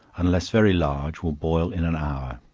unless, very large, will boil in an hour.